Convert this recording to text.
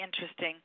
interesting